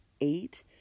eight